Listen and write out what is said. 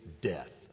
death